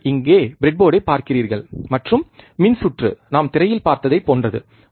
நீங்கள் இங்கே பிரெட் போர்டைப் பார்க்கிறீர்கள் மற்றும் மின் சுற்று நாம் திரையில் பார்த்ததைப் போன்றது